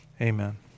Amen